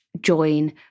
join